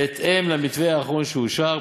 בהתאם למתווה האחרון שאושר.